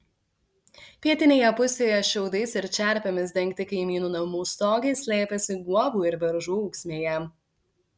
pietinėje pusėje šiaudais ir čerpėmis dengti kaimynų namų stogai slėpėsi guobų ir beržų ūksmėje